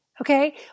Okay